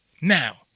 Now